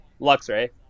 Luxray